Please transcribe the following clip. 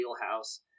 wheelhouse